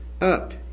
up